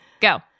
go